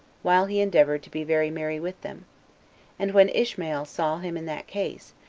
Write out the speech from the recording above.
while he endeavored to be very merry with them and when ishmael saw him in that case,